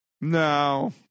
no